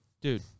dude